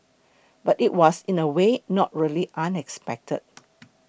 but it was in a way not really unexpected